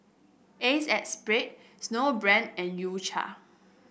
Acexspade Snowbrand and U Cha